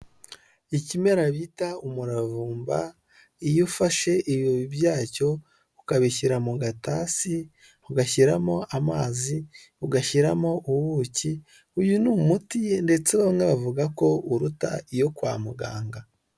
Ikimera bita umuravumba, iyo ufashe ibibabi byacyo ukabishyira mu gatasi ugashyiramo amazi, ugashyiramo ubuki, uyu ni umuti ndetse bamwe bavuga ko uruta iyo kwa muganga.